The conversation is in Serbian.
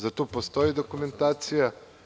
Za to postoji dokumentacija.